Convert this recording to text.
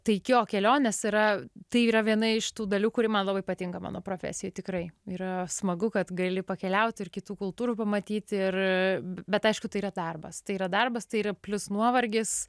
tai jo kelionės yra tai yra viena iš tų dalių kuri man labai patinka mano profesijoj tikrai yra smagu kad gali pakeliaut ir kitų kultūrų pamatyti ir bet aišku tai yra darbas tai yra darbas tai yra plius nuovargis